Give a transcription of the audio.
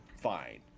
fine